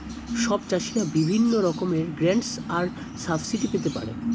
সব চাষীরা বিভিন্ন রকমের গ্র্যান্টস আর সাবসিডি পেতে পারে